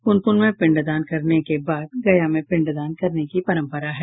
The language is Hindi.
पुनपुन में पिण्ड दान करने के बाद गया में पिण्ड दान करने की परंपरा है